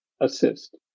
assist